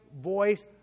voice